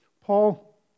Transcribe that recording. Paul